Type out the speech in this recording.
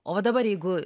o dabar jeigu